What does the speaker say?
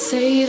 Say